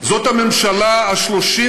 זאת הממשלה ה-34